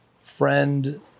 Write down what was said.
friend